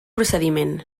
procediment